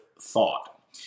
thought